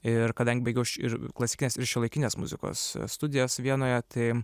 ir kadangi baigiau ir klasikinės ir šiuolaikinės muzikos studijas vienoje tai